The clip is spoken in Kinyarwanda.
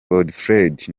godefroid